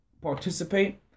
participate